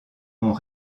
ont